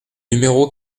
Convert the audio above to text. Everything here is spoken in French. numéro